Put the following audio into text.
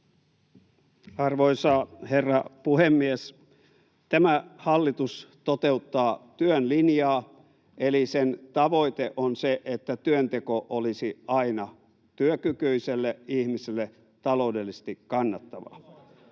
Arvoisa herra puhemies! Tämä hallitus toteuttaa työn linjaa, eli sen tavoite on se, että työnteko olisi aina työkykyiselle ihmiselle taloudellisesti kannattavaa.